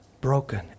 broken